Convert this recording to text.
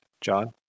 John